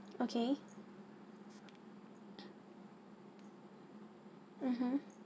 okay mmhmm